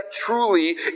truly